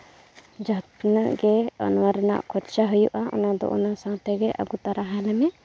ᱡᱟᱦᱟᱸ ᱛᱤᱱᱟᱹᱜ ᱜᱮ ᱱᱚᱣᱟ ᱨᱮᱭᱟᱜ ᱠᱷᱚᱨᱪᱟ ᱦᱩᱭᱩᱜᱼᱟ ᱚᱱᱟ ᱫᱚ ᱚᱱᱟ ᱥᱟᱶ ᱛᱮᱜᱮ ᱟᱹᱜᱩ ᱛᱚᱨᱟ ᱟᱞᱮᱢᱮ